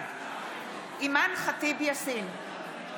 ח'טיב יאסין,